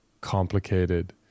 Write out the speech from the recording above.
complicated